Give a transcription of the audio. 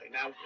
Now